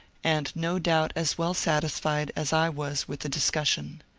and no doubt as well satisfied as i was with the discussion.